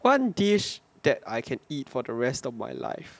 one dish that I can eat for the rest of my life